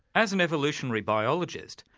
as an evolutionary biologist,